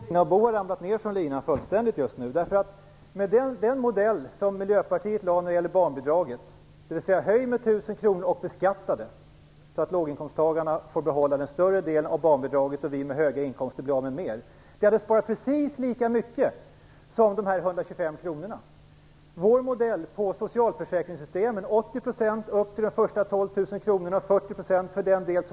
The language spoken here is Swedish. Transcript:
Fru talman! Jag tror att Bo Bernhardsson har ramlat ner från linan fullständigt just nu. Med den modell som Miljöpartiet lade fram när det gäller barnbidraget, dvs. en höjning med 1 000 kr som beskattas, får låginkomsttagarna behålla den större delen av barnbidraget och vi med höga inkomster blir av med mer. Det hade sparat precis lika mycket som de Bo Bernhardsson.